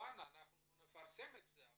כמובן שנפרסם את זה.